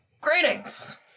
greetings